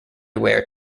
wear